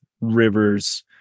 rivers